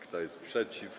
Kto jest przeciw?